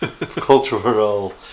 cultural